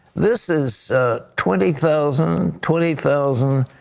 this is ah twenty thousand, twenty thousand,